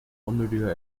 unnötiger